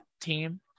team